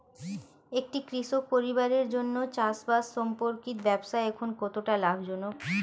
একটি কৃষক পরিবারের জন্য চাষবাষ সম্পর্কিত ব্যবসা এখন কতটা লাভজনক?